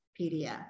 PDF